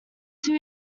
two